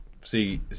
See